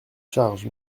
charge